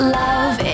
love